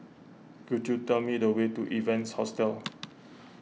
could you tell me the way to Evans Hostel